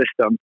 system